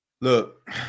look